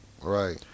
Right